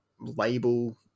label